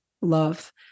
love